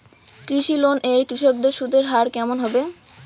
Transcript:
কৃষি লোন এ কৃষকদের সুদের হার কেমন হবে?